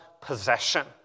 possession